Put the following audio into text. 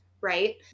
right